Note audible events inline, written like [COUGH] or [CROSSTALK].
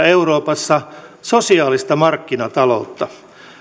[UNINTELLIGIBLE] euroopassa sosiaalista markkinataloutta